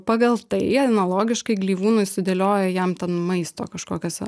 pagal tai analogiškai gleivūnai sudėlioja jam ten maisto kažkokiose